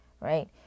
right